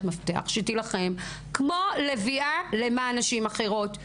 מפתח שתילחם כמו לביאה למען נשים אחרות,